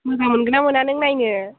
मोजां मोनगोना मोना नों नायनो